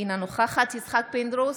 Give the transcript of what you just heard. אינה נוכחת יצחק פינדרוס,